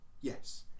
yes